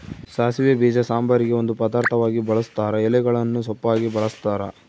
ಸಾಸಿವೆ ಬೀಜ ಸಾಂಬಾರಿಗೆ ಒಂದು ಪದಾರ್ಥವಾಗಿ ಬಳುಸ್ತಾರ ಎಲೆಗಳನ್ನು ಸೊಪ್ಪಾಗಿ ಬಳಸ್ತಾರ